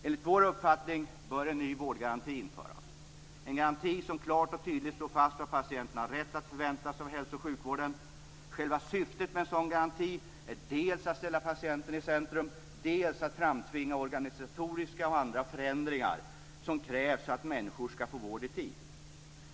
Enligt vår uppfattning bör en ny vårdgaranti införas. Det skall vara en garanti som klart och tydligt slår fast vad patienterna har rätt att förvänta sig av hälso och sjukvården. Själva syftet med en sådan garanti är dels att ställa patienterna i centrum, dels att framtvinga organisatoriska och andra förändringar som krävs för att människor skall kunna få vård i tid.